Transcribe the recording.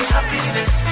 Happiness